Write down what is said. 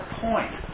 point